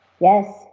Yes